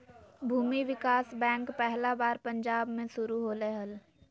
भूमि विकास बैंक पहला बार पंजाब मे शुरू होलय हल